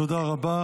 תודה רבה.